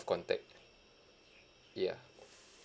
contact ya